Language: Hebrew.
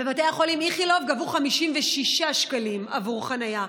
בבתי החולים איכילוב גבו 56 שקלים עבור חניה,